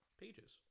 pages